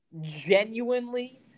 genuinely